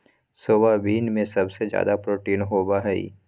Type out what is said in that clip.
soybean में सबसे ज़्यादा प्रोटीन होबा हइ